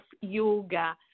yoga